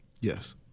Yes